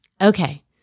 Okay